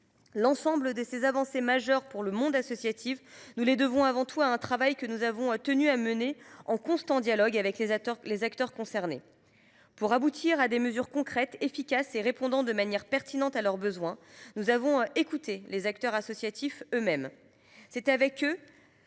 L’ensemble de ces avancées majeures pour le monde associatif, nous les devons avant tout à un travail que nous avons tenu à mener en constant dialogue avec les acteurs concernés. Pour aboutir à des mesures concrètes, efficaces et répondant de manière pertinente à leurs besoins, nous avons écouté les acteurs associatifs eux mêmes. C’est avec eux,